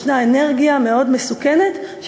יש אנרגיה מאוד מסוכנת,